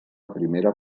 primera